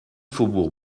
faubourg